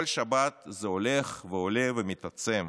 כל שבת זה הולך ועולה ומתעצם,